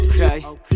Okay